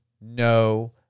no